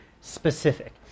specific